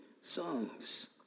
songs